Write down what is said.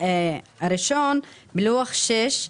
הראשון: בלוח שש,